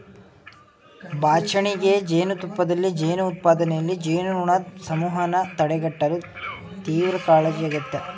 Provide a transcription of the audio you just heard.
ಬಾಚಣಿಗೆ ಜೇನುತುಪ್ಪದಲ್ಲಿ ಜೇನು ಉತ್ಪಾದನೆಯಲ್ಲಿ, ಜೇನುನೊಣದ್ ಸಮೂಹನ ತಡೆಗಟ್ಟಲು ತೀವ್ರಕಾಳಜಿ ಅಗತ್ಯ